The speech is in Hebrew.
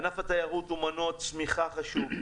ענף התיירות הוא מנוע צמיחה חשוב,